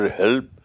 help